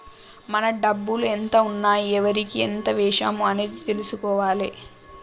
మన డబ్బులు ఎంత ఉన్నాయి ఎవరికి ఎంత వేశాము అనేది తెలుసుకోవాలే